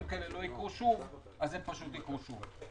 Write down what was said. כאלה לא יקרו שוב אז הם פשוט יקרו שוב.